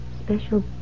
Special